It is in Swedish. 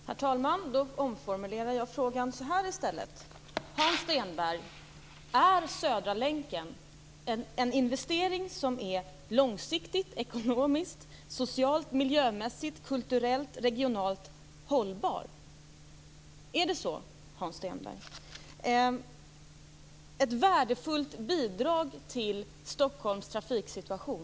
Herr talman! Då omformulerar jag min frågan: Hans Stenberg, är Södra länken en investering som är långsiktigt, ekonomiskt, socialt, miljömässigt, kulturellt och regionalt hållbar? På vilket sätt är Södra länken ett värdefullt bidrag till Stockholms trafiksituation?